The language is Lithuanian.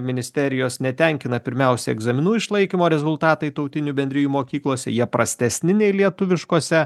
ministerijos netenkina pirmiausia egzaminų išlaikymo rezultatai tautinių bendrijų mokyklose jie prastesni nei lietuviškose